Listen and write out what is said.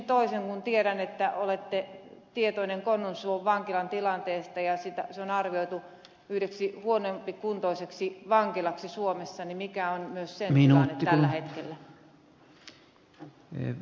kun tiedän että olette tietoinen konnunsuon vankilan tilanteesta joka on arvioitu yhdeksi huonokuntoisimmista vankiloista suomessa mikä on sen tilanne tällä hetkellä